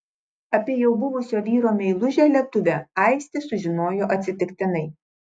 apie jau buvusio vyro meilužę lietuvę aistė sužinojo atsitiktinai